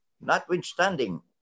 Notwithstanding